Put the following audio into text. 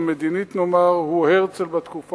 נאמר, הוא הרצל, בתקופה הזאת,